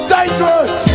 Dangerous